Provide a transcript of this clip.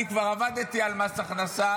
אני כבר עבדתי על מס הכנסה,